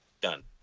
done